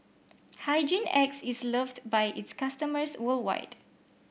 Hygin X is loved by its customers worldwide